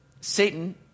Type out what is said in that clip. Satan